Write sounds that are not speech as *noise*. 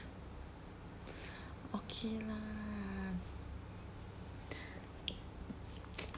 okay lah *noise*